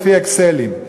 לפי "אקסלים".